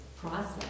process